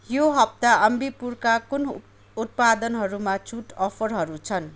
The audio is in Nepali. यो हप्ता अम्बिपुरका कुन उत्पादनहरूमा छुट अफरहरू छन्